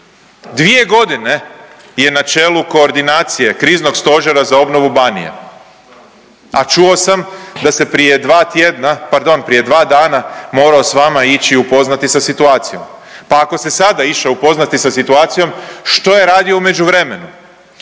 dvije godine je na čelu koordinacije Kriznog stožera za obnovu Banije, a čuo sam da se prije dva tjedna, pardon prije dva dana morao s vama ići upoznati sa situacijom. Pa ako se sada išao upoznati sa situacijom što je radio u međuvremenu?